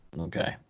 Okay